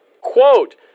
quote